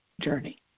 journey